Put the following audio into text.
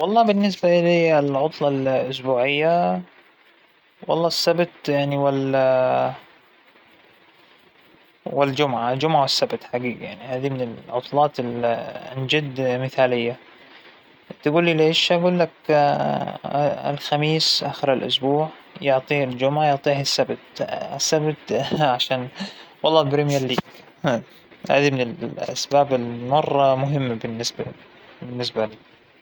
ترى أحسن ويك إند بالنسبة لإلى، إجازة نهاية الإسبوع بتكون برفقة عيلتى، ترى هى المثالية التامة، برفقة عيلتى ببيتنا المتواضع المليان هدوء والحمد لله، أنا مالى بجو الفلة والخروجات والسهر و السوالف وهاى القصص، أنا أبى أجلس على الكنباية تبعى، وأشغل الشاشة وأتفرجلى على شى فيلم.